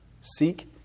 Seek